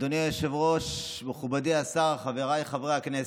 אדוני היושב-ראש, מכובדי השר, חבריי חברי הכנסת,